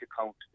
account